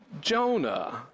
Jonah